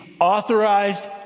authorized